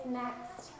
next